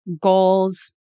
goals